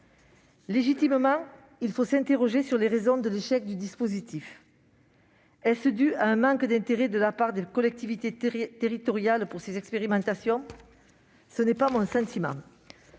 Légitimement, il faut s'interroger sur les raisons de l'échec du dispositif. Est-ce dû à un manque d'intérêt de la part des collectivités territoriales pour ces expérimentations ? Ce n'est pas mon sentiment.